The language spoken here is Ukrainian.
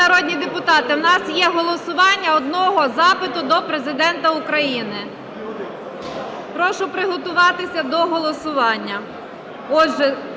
шановні народні депутати, у нас є голосування одного запиту до Президента України. Прошу приготуватися до голосування.